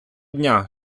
дня